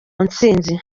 ntsinzi